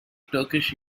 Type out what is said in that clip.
turkish